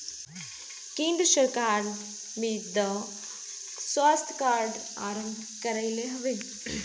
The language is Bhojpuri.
केंद्र सरकार मृदा स्वास्थ्य कार्ड आरंभ कईले हवे